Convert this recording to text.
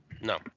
No